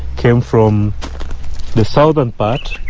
came from the southern but